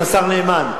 עם השר נאמן,